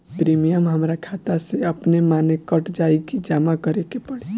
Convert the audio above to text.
Premium हमरा खाता से अपने माने कट जाई की जमा करे के पड़ी?